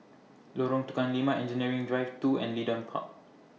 Lorong Tukang Lima Engineering Drive two and Leedon Park